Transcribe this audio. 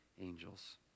angels